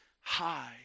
high